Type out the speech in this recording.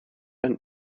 and